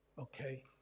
Okay